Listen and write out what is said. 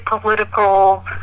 political